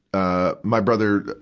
ah my brother,